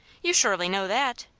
you surely know that.